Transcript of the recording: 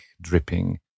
dripping